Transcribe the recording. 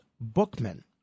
Bookman